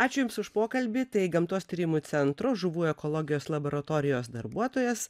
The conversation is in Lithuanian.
ačiū jums už pokalbį tai gamtos tyrimų centro žuvų ekologijos laboratorijos darbuotojas